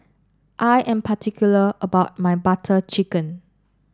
I am particular about my Butter Chicken